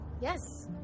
Yes